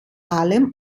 allem